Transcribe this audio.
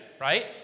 right